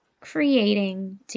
creating